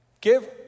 give